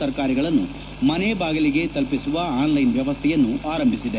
ತರಕಾರಿಗಳನ್ನು ಮನೆ ಬಾಗಿಲಿಗೆ ತಲುಪಿಸುವ ಆನ್ಲೈನ್ ಮ್ಯವಸ್ಥೆಯನ್ನು ಆರಂಭಿಸಿದೆ